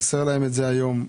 זה חסר להם היום,